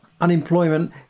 Unemployment